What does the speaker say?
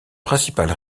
principal